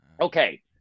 Okay